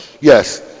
Yes